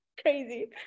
crazy